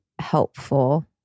helpful